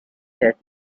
had